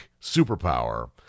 superpower